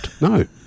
No